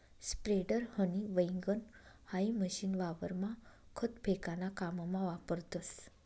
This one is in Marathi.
स्प्रेडर, हनी वैगण हाई मशीन वावरमा खत फेकाना काममा वापरतस